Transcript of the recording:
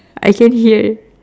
I can hear